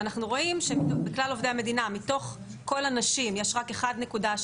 ואנחנו רואים שבכלל עובדי המדינה מתוך כל נשים יש רק 1.7%,